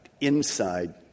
inside